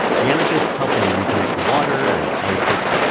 the anarchists help them reconnect the water and electricity.